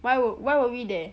why would why were we there